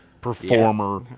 performer